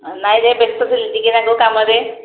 ନାଇଁ ଯେ ବ୍ୟସ୍ତ ଥିଲି ଟିକିଏ ନାଆକୁ କାମରେ